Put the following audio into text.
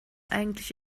eigentlich